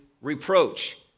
reproach